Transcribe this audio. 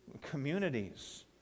communities